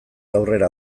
aurrera